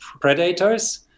predators